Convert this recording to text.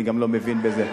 אני גם לא מבין בזה.